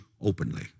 openly